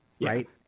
Right